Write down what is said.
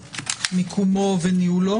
מיקומו וניהולו?